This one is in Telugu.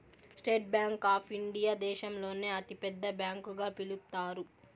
స్టేట్ బ్యాంక్ ఆప్ ఇండియా దేశంలోనే అతి పెద్ద బ్యాంకు గా పిలుత్తారు